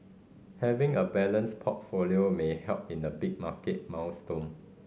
having a balanced portfolio may help in the big market maelstrom